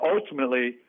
ultimately